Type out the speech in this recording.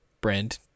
Brand